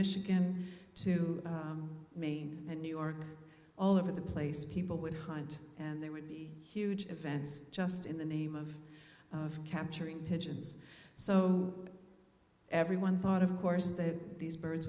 michigan to maine and new york all over the place people would hunt and there would be huge events just in the name of capturing pigeons so everyone thought of course they had these birds